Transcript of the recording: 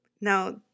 Now